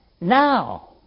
now